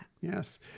Yes